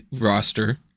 roster